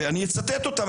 ואני אצטט אותם.